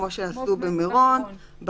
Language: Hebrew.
כמו שעשו במירון,